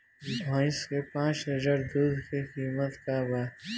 भईस के पांच लीटर दुध के कीमत का बा?